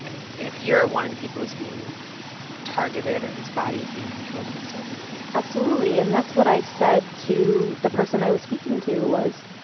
if you're one of the people who's being targeted or whose body is being controlled in a certain way? absolutely and that's what i said to the person i was speaking to was,